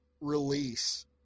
release